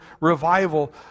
revival